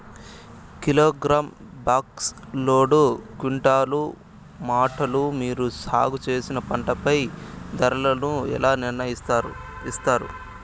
Kilogram, box, load, quintal, మూటలు మీరు సాగు చేసిన పంటపై ధరలను ఎలా నిర్ణయిస్తారు యిస్తారు?